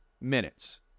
minutes